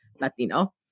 Latino